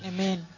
Amen